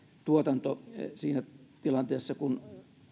tuotanto siinä tilanteessa kun